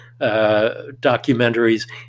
documentaries